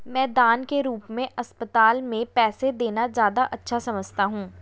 मैं दान के रूप में अस्पताल में पैसे देना ज्यादा अच्छा समझता हूँ